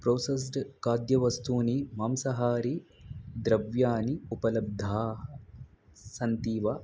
processed खाद्यवस्तूनि मांसाहारी द्रव्याणि उपलब्धाः सन्ति वा